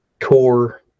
core